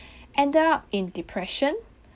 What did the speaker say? ended up in depression